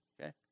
okay